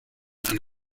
and